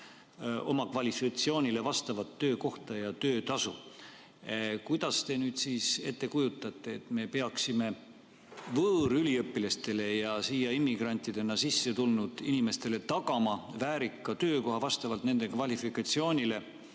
oma kvalifikatsioonile vastavat töökohta ja töötasu. Kuidas te ette kujutate, et me peaksime võõrüliõpilastele ja siia immigrantidena sisse tulnud inimestele tagama väärika töökoha vastavalt nende kvalifikatsioonile